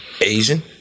Asian